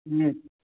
हुँ